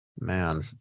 man